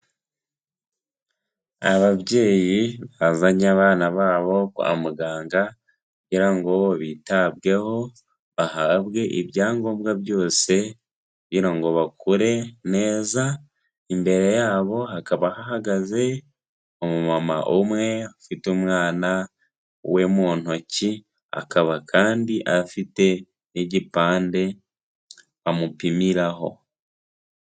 Ababyeyi bavanye abana babo kwa muganga kugira ngo bitabweho, bahabwe ibyangombwa byose kugira ngo bakure neza, imbere yabo hakaba hagaze umumama umwe ufite umwana we mu ntoki, akaba kandi afite n'igipande bamupimiraho.